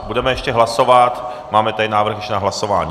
Budeme ještě hlasovat, máme tady ještě návrh na hlasování.